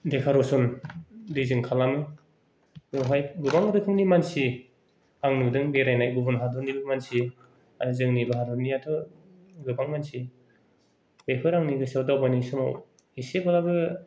देख'रेसन दैजों खालामो बेवहाय गोबां रोखोमनि मानसि आं नुदों बेरायनाय गुबुन हादरनिबो मानसि आरो जोंनि भारतनियाथ' गोबां मानसि बेफोर आंनि गोसोआव दावबायनाय समाव एसेबाबो